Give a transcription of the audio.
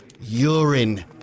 urine